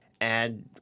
add